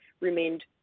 remained